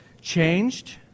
changed